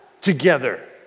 together